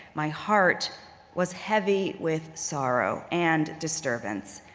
my heart was heavy with sorrow and disturbance.